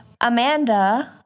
Amanda